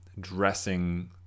dressing